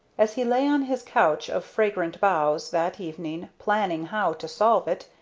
as he lay on his couch of fragrant boughs that evening planning how to solve it,